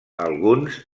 alguns